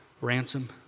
ransom